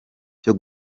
cyo